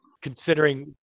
considering